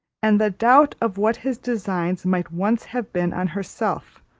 and the doubt of what his designs might once have been on herself,